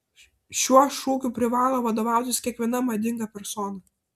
šiuo šūkiu privalo vadovautis kiekviena madinga persona